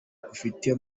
ufite